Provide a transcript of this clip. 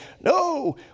no